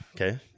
Okay